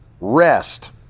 rest